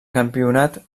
campionat